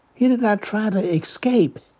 he did not try to escape.